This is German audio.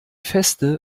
feste